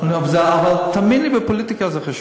לא, אבל תאמין לי, בפוליטיקה זה חשוב.